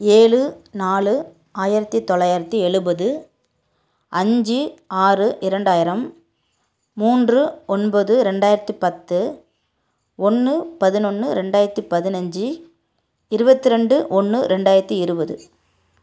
ஏழு நாலு ஆயிரத்தி தொள்ளாயிரத்தி எழுபது அஞ்சு ஆறு இரண்டாயிரம் மூன்று ஒன்பது ரெண்டாயிரத்தி பத்து ஒன்று பதினொன்று ரெண்டாயிரத்தி பதினஞ்சு இருபத்ரெண்டு ஒன்று ரெண்டாயிரத்தி இருபது